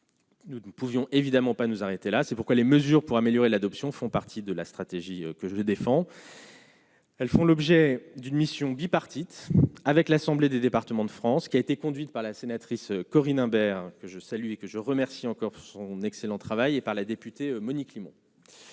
Nous ne pouvions évidemment pas nous arrêter là, c'est pourquoi les mesures pour améliorer l'adoption font partie de la stratégie que je défends. Elles font l'objet d'une mission bipartite avec l'Assemblée des départements de France, qui a été conduite par la sénatrice Corinne Imbert, que je salue et que je remercie encore pour son excellent travail et par les députés, Monique Limon.